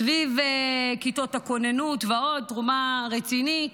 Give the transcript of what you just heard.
סביב כיתות הכוננות ועוד, תרומה רצינית.